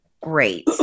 great